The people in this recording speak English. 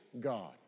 God